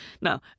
Now